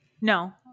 No